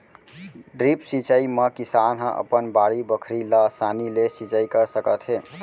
drip सिंचई म किसान ह अपन बाड़ी बखरी ल असानी ले सिंचई कर सकत हे